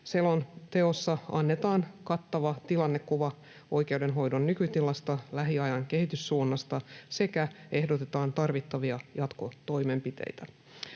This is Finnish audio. Selonteossa annetaan kattava tilannekuva oikeudenhoidon nykytilasta ja lähiajan kehityssuunnasta sekä ehdotetaan tarvittavia jatkotoimenpiteitä.